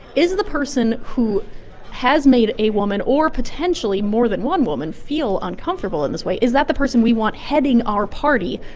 is the person who has made a woman or potentially more than one woman feel uncomfortable in this way, is that the person we want heading our party,